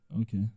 Okay